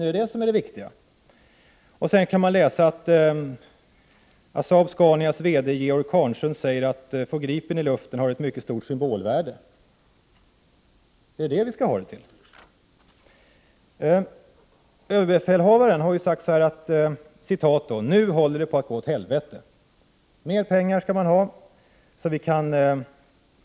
Vidare kan vi läsa i Dagens Nyheter att Saab Scanias VD Georg Karnsund tycker att det har ett stort symbolvärde att få Gripen i luften. Är det detta vi skall ha det till? ÖB har sagt: Nu håller det på att gå åt helvete. Mera pengar skall vi ha.